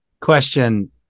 Question